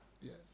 Yes